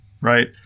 right